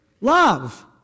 love